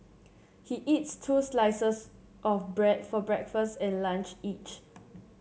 he eats two slices of bread for breakfast and lunch each